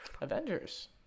Avengers